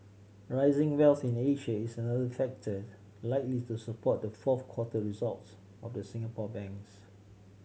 rising wealth in Asia is another factor likely to support the fourth quarter results of the Singapore banks